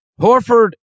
Horford